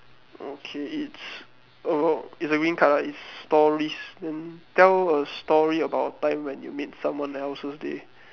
okay it's orh it's a green colour it's stories then tell a story about a time when you made someone else's day